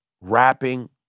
rapping